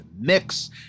mix